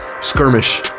skirmish